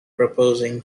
proposing